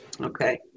okay